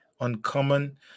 uncommon